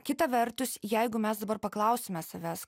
kita vertus jeigu mes dabar paklausime savęs